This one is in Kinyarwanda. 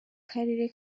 karere